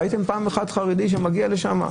ראיתם פעם חרדי שמגיע לשם?